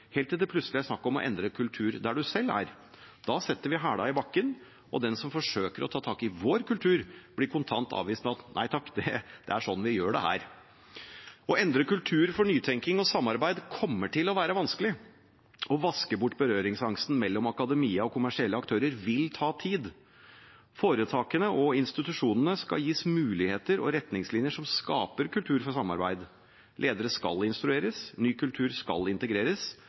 helt til det plutselig er snakk om å endre kultur der en selv er. Da setter vi hælene i bakken, og den som forsøker å ta tak i vår kultur, blir kontant avvist med: Nei takk, det er sånn vi gjør det her. Å endre kultur for nytenking og samarbeid kommer til å være vanskelig. Å vaske bort berøringsangsten mellom akademia og kommersielle aktører vil ta tid. Foretakene og institusjonene skal gis muligheter og retningslinjer som skaper kultur for samarbeid. Ledere skal instrueres, ny kultur skal integreres,